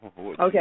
Okay